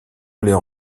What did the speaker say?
leur